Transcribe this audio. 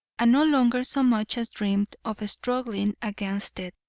and no longer so much as dreamed of struggling against it.